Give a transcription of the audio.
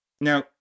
Now